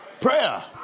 Prayer